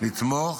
לתמוך